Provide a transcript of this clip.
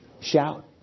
Shout